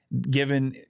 given